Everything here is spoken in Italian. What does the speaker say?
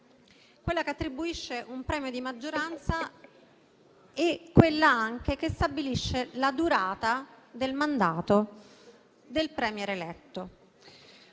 quello che attribuisce un premio di maggioranza e che stabilisce la durata del mandato del *Premier* eletto.